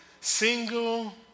Single